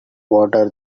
water